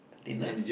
dinner